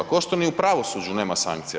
Kao što ni u pravosuđu nema sankcija.